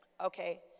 Okay